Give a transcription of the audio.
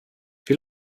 wie